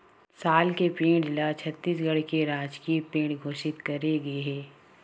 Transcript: साल के पेड़ ल छत्तीसगढ़ के राजकीय पेड़ घोसित करे गे हे